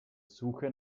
suche